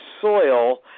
soil